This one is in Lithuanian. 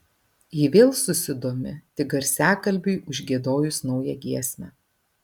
ji vėl susidomi tik garsiakalbiui užgiedojus naują giesmę